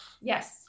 Yes